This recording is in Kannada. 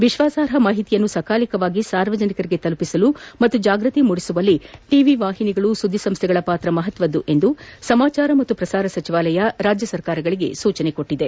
ವಿಶ್ವಾಸಾರ್ಹ ಮಾಹಿತಿಯನ್ನು ಸಕಾಲಿಕವಾಗಿ ಸಾರ್ವಜನಿಕರಿಗೆ ತಲುಪಿಸಲು ಮತ್ತು ಜಾಗೃತಿ ಮೂಡಿಸುವಲ್ಲಿ ಟಿವಿ ವಾಹಿನಿಗಳು ಸುದ್ದಿಸಂಸೈಗಳ ಪಾತ್ರ ಮಹತ್ವದ್ದು ಎಂದು ಸಮಾಜಾರ ಮತ್ತು ಪ್ರಸಾರ ಸಚಿವಾಲಯ ರಾಜ್ಯ ಸರ್ಕಾರಗಳಿಗೆ ಸೂಚಿಸಿದೆ